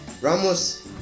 Ramos